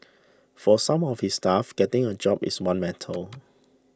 for some of his staff getting a job is one matter